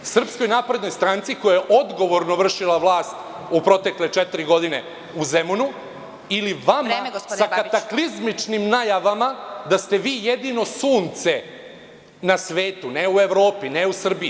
Srpskoj naprednoj stranci koja je odgovorno vršila vlast u protekle četiri godine u Zemunu, ili vama, sa kataklizmičkim najavama da ste vi jedino sunce na svetu, ne u Evropi, ne u Srbiji.